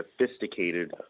sophisticated